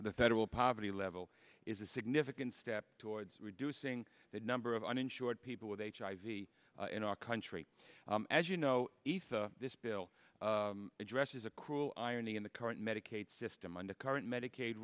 of the federal poverty level is a significant step towards reducing the number of uninsured people with hiv in our country as you know if this bill addresses a cruel irony in the current medicaid system under current medicaid